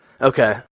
Okay